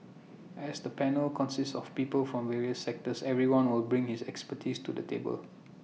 as the panel consists of people from various sectors everyone will bring his expertise to the table